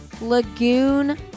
Lagoon